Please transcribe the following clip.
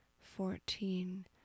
fourteen